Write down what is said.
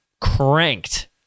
cranked